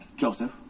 Joseph